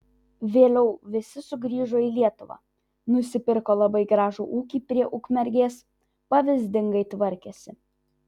vėliau visi sugrįžo į lietuvą nusipirko labai gražų ūkį prie ukmergės pavyzdingai tvarkėsi